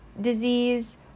disease